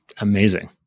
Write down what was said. amazing